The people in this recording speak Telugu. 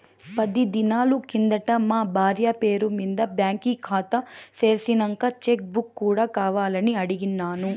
పది దినాలు కిందట మా బార్య పేరు మింద బాంకీ కాతా తెర్సినంక చెక్ బుక్ కూడా కావాలని అడిగిన్నాను